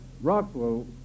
Rockwell